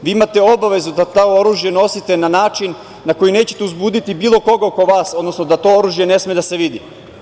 Vi imate obavezu da to oružje nosite na način na koji nećete uzbuditi bilo koga oko vas, odnosno da to oružje ne sme da se vidi.